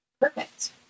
perfect